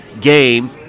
game